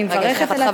אני מברכת על הצעת